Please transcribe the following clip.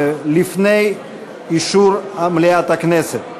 לפני אישור מליאת הכנסת,